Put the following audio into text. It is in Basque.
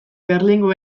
berlingo